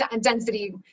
density